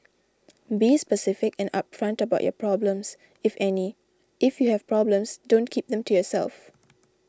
be specific and upfront about your problems if any if you have problems don't keep them to yourself